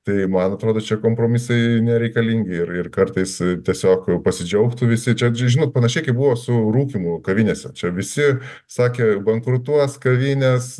tai man atrodo čia kompromisai nereikalingi ir ir kartais tiesiog pasidžiaugtų visi čia žinot panašiai kaip buvo su rūkymu kavinėse čia visi sakė bankrutuos kavinės